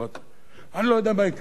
אני לא יודע מה יקרה בסופו של דבר,